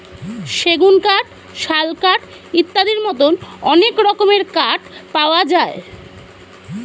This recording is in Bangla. সেগুন কাঠ, শাল কাঠ ইত্যাদির মতো অনেক রকমের কাঠ পাওয়া যায়